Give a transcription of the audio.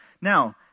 Now